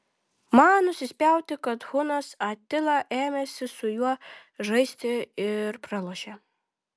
man nusispjauti kad hunas atila ėmėsi su juo žaisti ir pralošė